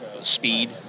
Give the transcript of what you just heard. speed